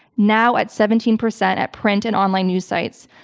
now at seventeen percent at print and online news sites.